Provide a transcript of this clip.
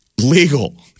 Legal